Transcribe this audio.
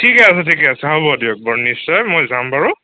ঠিকেই আছে ঠিকেই আছে হ'ব দিয়ক বাৰু নিশ্চয় মই যাম বাৰু